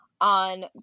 on